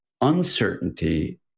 uncertainty